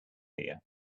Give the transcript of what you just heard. here